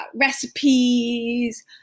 recipes